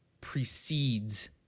precedes